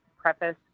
preface